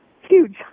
huge